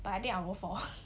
but I think I will go for